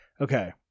Okay